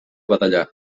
badallar